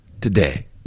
today